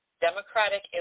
Democratic